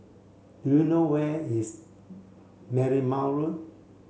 do you know where is Marymount Road